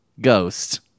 ghost